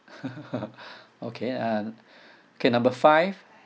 okay and okay number five